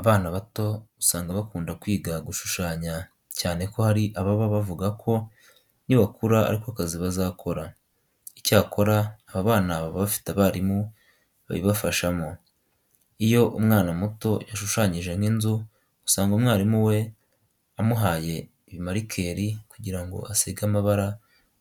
Abana bato usanga bakunda kwiga gushushanya cyane ko hari ababa bavuga ko nibakura ari ko kazi bazakora. Icyakora, aba bana baba bafite abarimu babibafashamo. Iyo umwana muto yashushanyije nk'inzu usanga umwarimu we amuhaye ibimarikeri kugira ngo asige amabara